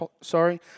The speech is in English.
sorry